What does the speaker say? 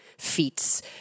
feats